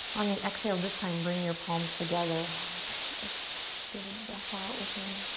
on the exhale this time bring your palms together. oh, benji just did a breath out with me.